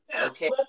Okay